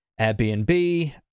Airbnb